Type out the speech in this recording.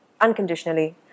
unconditionally